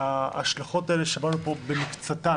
וההשלכות האלה ששמענו פה מקצתן